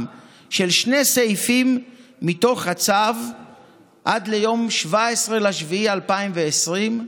של שני סעיפים מתוך הצו עד ליום 17 ביולי 2020,